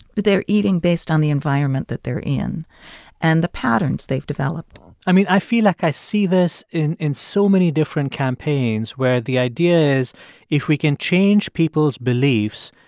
they're eating based on the environment that they're in and the patterns they've developed i mean, i feel like i see this in in so many different campaigns, where the idea is if we can change people's beliefs,